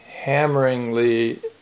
hammeringly